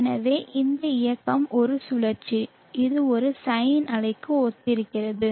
எனவே இந்த இயக்கம் ஒரு சுழற்சி இது ஒரு சைன் அலைக்கு ஒத்திருக்கிறது